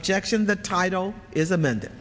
objection the title is amend